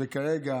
שכרגע